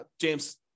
James